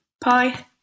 Bye